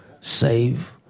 save